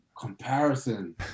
comparison